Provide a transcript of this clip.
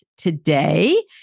today